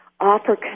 offer